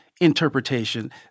interpretation